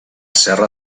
serra